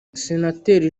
senateri